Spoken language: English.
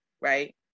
right